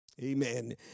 Amen